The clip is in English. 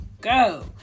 go